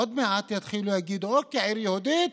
עוד מעט יתחילו להגיד: אוקיי, עיר יהודית?